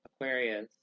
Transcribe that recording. Aquarius